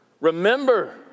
remember